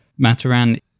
mataran